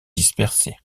dispersés